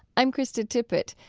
i'm krista tippett.